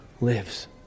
lives